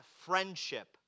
friendship